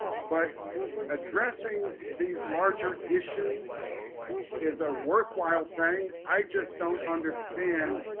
but addressing these larger issues is a worthwhile thing. i just don't understand